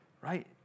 Right